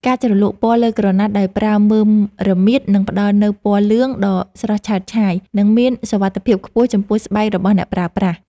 ការជ្រលក់ពណ៌លើក្រណាត់ដោយប្រើមើមរមៀតនឹងផ្ដល់នូវពណ៌លឿងដ៏ស្រស់ឆើតឆាយ និង មានសុវត្ថិភាពខ្ពស់ចំពោះស្បែករបស់អ្នកប្រើប្រាស់។